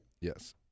Yes